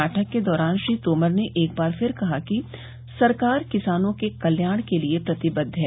बैठक के दौरान श्री तोमर ने एक बार फिर कहा कि सरकार किसानों के कल्याण के लिए प्रतिबद्ध है